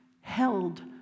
held